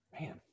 Man